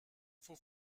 faut